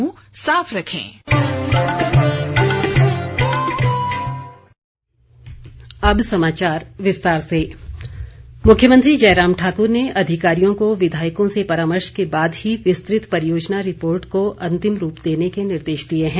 मुख्यमंत्री मुख्यमंत्री जयराम ठाकुर ने अधिकारियों को विधायकों से परामर्श के बाद ही विस्तृत परियोजना रिपोर्ट को अंतिम रूप देने के निर्देश दिए हैं